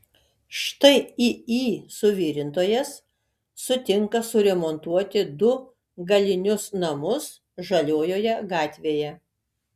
štai iį suvirintojas sutinka suremontuoti du galinius namus žaliojoje gatvėje